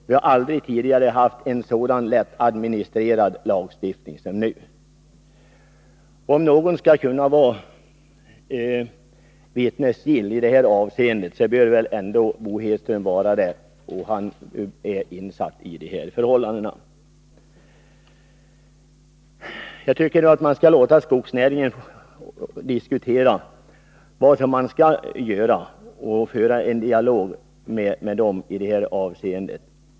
Vi har aldrig tidigare haft en sådan lättadministrerad lagstiftning som Om någon skall kunna vara vittnesgill i det här avseendet är det Bo Hedström, eftersom han är insatt i förhållandena. Jag tycker att man skall låta skogsnäringen diskutera vad som skall göras och föra en dialog med skogsägarna.